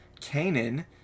Canaan